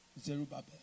Zerubbabel